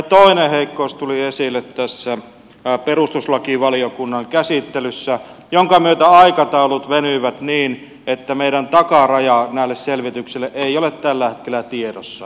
toinen heikkous tuli esille tässä perustuslakivaliokunnan käsittelyssä jonka myötä aikataulut venyivät niin että meidän takarajamme näille selvityksille ei ole tällä hetkellä tiedossa